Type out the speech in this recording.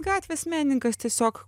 gatvės menininkas tiesiog